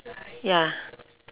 ya